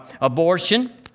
Abortion